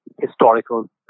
historical